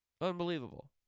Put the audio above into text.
Unbelievable